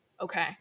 Okay